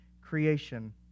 creation